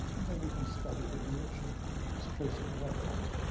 and then you can study the image and perhaps trace it or work from it.